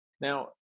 Now